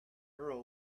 arrow